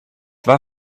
war